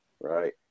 Right